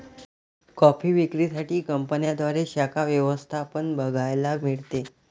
coffee विक्री साठी कंपन्यांद्वारे शाखा व्यवस्था पण बघायला मिळते